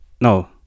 no